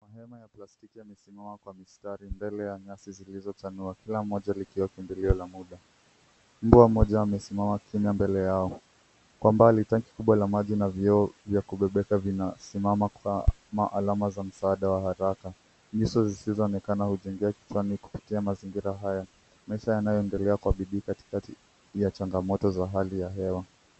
Mahema ya plastiki yamesimama kwa msitari mbele ya nyasi zilizochanwa kila moja likiwa kimbilio la muda. Mbwa mmoja amesimama kimya mbele yao. Kwa mbali, tanki kubwa la maji na vyoo vya kubebeka vinasimama kwa alama za msaada wa haraka. Nyuso zisizooneka hujengea kiutani kupitia mazingira haya. Maisha yanayoendelea kwa bidii katikati ya changamoto za hali ya hewa.